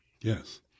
Yes